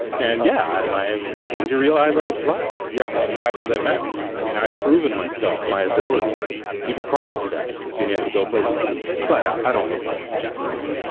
and yeah, i am. i am will say when you realize i was black. yeah. and why does that matter? i mean, i had proven myself my abilities even prior to that, being able to go places, i mean, flat out. i don't look like jack ryan.